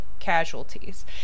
Casualties